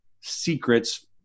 secrets